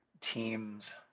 teams